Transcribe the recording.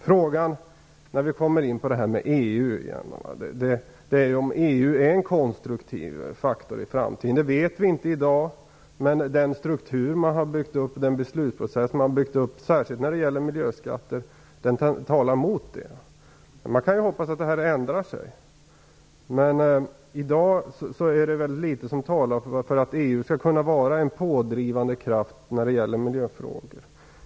Frågan, när vi kommer in på detta med EU igen, är om EU blir en konstruktiv faktor i framtiden. Det vet vi inte i dag. Men den struktur och den beslutsprocess som man har byggt upp, särskilt när det gäller miljöskatter, talar emot detta. Man kan ju hoppas att det kommer att förändras. Men i dag är det väldigt litet som talar för att EU skall vara en pådrivande kraft när det gäller miljöfrågor.